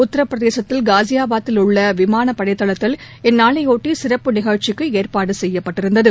உத்தரப்பிரதேசத்தில் காசியாபாத்தில் உள்ள விமானப்படை தளத்தில் இந்நாளையொட்டி சிறப்பு நிகழ்ச்சிக்கு ஏற்பாடு செய்யப்பட்டிருந்தது